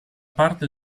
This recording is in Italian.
parte